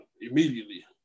immediately